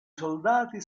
soldati